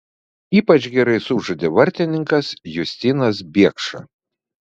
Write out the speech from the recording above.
ypač gerai sužaidė vartininkas justinas biekša